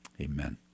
amen